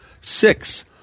six